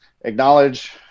acknowledge